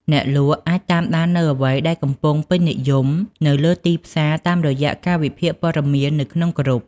អ្នកលក់អាចតាមដាននូវអ្វីដែលកំពុងពេញនិយមនៅលើទីផ្សារតាមរយៈការវិភាគព័ត៌មាននៅក្នុងគ្រុប។